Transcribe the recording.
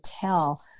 tell